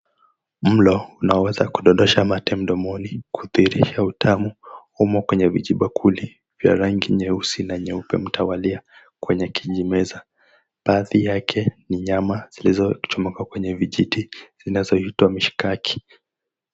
Mlo unaoweza kudondosha mate mdomoni kudhihirisha utamu umo kwenye vijibakuli vya rangi ya nyeusi na nyeupe mtawalia kwenye kijimeza baadhi yake ni nyama zilizochomoka kwenye vijiti zinazoitwa mishikaki.